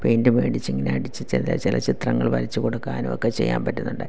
paint മേടിച്ച് ഇങ്ങനെ അടിച്ചു ചെറിയ ചില ചിത്രങ്ങൾ വരച്ചു കൊടുക്കാനും ഒക്കെ ചെയ്യാൻ പറ്റുന്നുണ്ട്